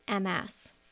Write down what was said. MS